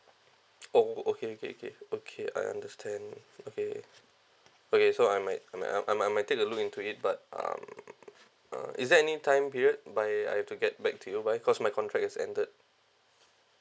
oh okay okay okay okay I understand okay okay so I might I might I might I might take a look into it but um uh is there any time period by I had to get back to you by cause my contract is ended